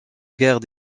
guerre